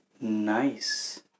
nice